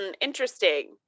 interesting